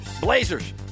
Blazers